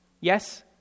Yes